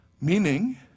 Meaning